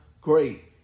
great